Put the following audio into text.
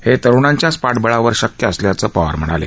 हे तरुणांच्याच पाठबळावर शक्य असल्याचं ते म्हणाले